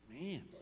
Man